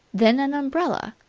then an umbrella.